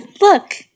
look